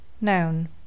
Noun